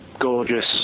gorgeous